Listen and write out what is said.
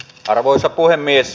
arvoisa puhemies